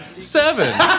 seven